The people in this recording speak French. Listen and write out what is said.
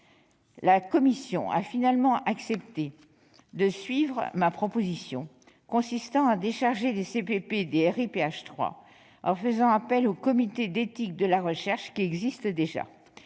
La commission a finalement accepté de suivre ma proposition consistant à décharger les CPP des RIPH 3 en faisant appel aux comités d'éthique de la recherche (CER) qui existent déjà.